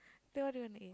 then what do you wanna eat